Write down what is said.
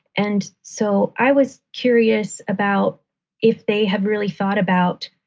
and so i was curious about if they have really thought about,